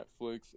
Netflix